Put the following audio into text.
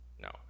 no